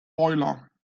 boiler